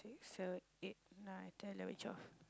seven eight nine ten eleven twelve